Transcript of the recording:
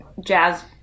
jazz